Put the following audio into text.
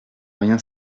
rien